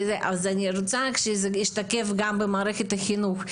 אז אני רוצה רק שזה ישתקף גם במערכת החינוך.